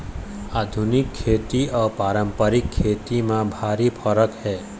आधुनिक खेती अउ पारंपरिक खेती म भारी फरक हे